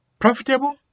Profitable